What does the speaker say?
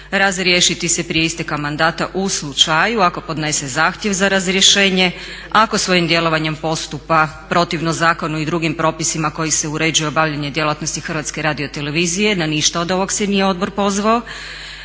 razriješiti se prije isteka mandata u slučaju ako podnese zahtjev za razrješenje ako svojim djelovanjem postupa protivno zakonu i drugim propisima kojim se uređuje obavljanje djelatnosti Hrvatske radiotelevizije. Na ništa od ovog se nije odbor pozvao.